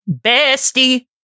bestie